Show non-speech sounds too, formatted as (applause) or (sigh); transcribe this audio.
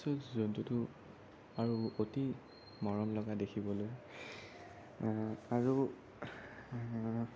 (unintelligible) জন্তুটো আৰু অতি মৰম লগা দেখিবলৈ আৰু